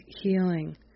healing